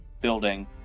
building